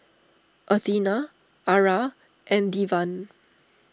Athena Ara and Devan